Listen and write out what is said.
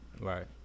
right